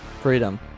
freedom